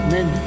Men